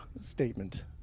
statement